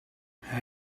hij